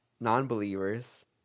non-believers